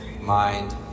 mind